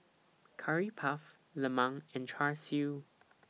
Curry Puff Lemang and Char Siu